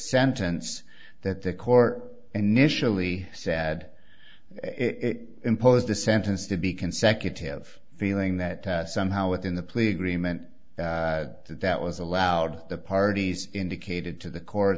sentence that the court initially said it imposed the sentence to be consecutive feeling that somehow within the plea agreement that was allowed the parties indicated to the co